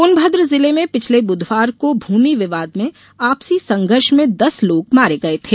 सोनभद्र जिले में पिछले बुधवार को भूमि विवाद में आपसी संघर्ष में दस लोग मारे गए थे